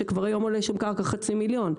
שכבר היום עולה שם קרקע חצי מיליון,